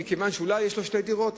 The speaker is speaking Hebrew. משום שאולי יש לו שתי דירות,